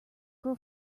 grow